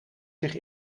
zich